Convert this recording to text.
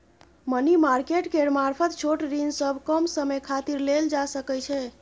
money market केर मारफत छोट ऋण सब कम समय खातिर लेल जा सकइ छै